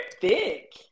thick